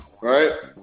Right